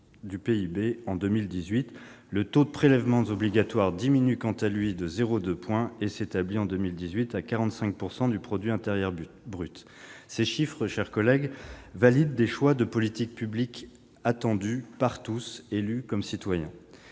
Le taux de prélèvements obligatoires diminue quant à lui de 0,2 point, et s'établit en 2018 à 45 % du produit intérieur brut. Ces chiffres, mes chers collègues, valident des choix de politique publique attendus par tous, élus comme citoyens.